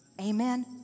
Amen